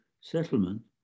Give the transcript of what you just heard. settlement